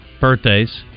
birthdays